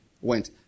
went